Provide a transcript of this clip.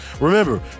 Remember